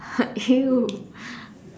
!eww!